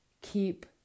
keep